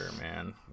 man